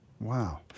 Wow